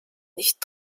nicht